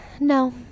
No